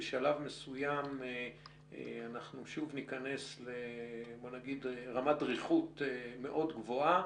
בשלב מסוים אנחנו שוב ניכנס לרמת דריכות מאוד גבוהה.